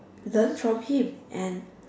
learn from him and